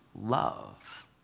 love